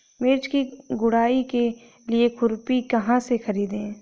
मिर्च की गुड़ाई के लिए खुरपी कहाँ से ख़रीदे?